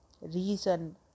reason